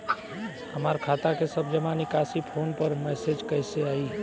हमार खाता के सब जमा निकासी फोन पर मैसेज कैसे आई?